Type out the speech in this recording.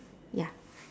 ya